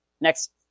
next